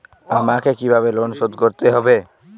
আমাকে কিভাবে লোন শোধ করতে হবে?